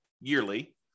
yearly